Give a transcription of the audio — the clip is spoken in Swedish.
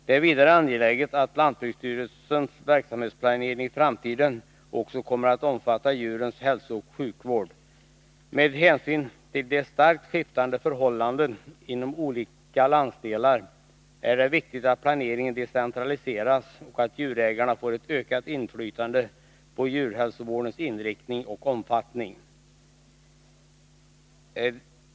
Det är vidare angeläget att lantbruksstyrelsens verksamhetsplanering i framtiden också kommer att omfatta djurens hälsooch sjukvård. Med hänsyn till de starkt skiftande förhållandena inom olika landsdelar är det viktigt att planeringen decentraliseras och att djurägarna får ett ökat inflytande på djurhälsovårdens inriktning och omfattning.